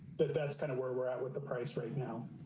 that that's kind of where we're at with the price right now.